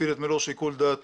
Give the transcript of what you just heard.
הפעיל את מלוא שיקול דעתו.